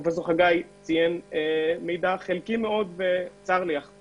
פרופסור חגי ציין מידע חלקי מאוד וסלקטיבי.